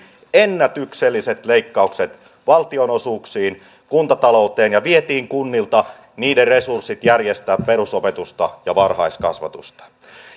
ennätykselliset leikkaukset valtionosuuksiin kuntatalouteen ja vietiin kunnilta niiden resurssit järjestää perusopetusta ja varhaiskasvatusta